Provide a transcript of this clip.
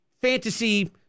fantasy